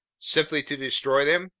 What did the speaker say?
simply to destroy them?